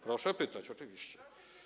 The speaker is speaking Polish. Proszę pytać, oczywiście.